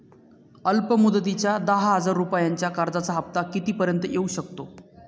अल्प मुदतीच्या दहा हजार रुपयांच्या कर्जाचा हफ्ता किती पर्यंत येवू शकतो?